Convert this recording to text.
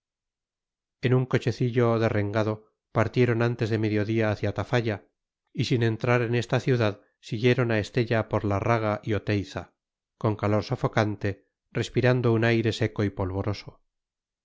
en un cochecillo derrengado partieron antes de mediodía hacia tafalla y sin entrar en esta ciudad siguieron a estella por larraga y oteiza con calor sofocante respirando un aire seco y polvoroso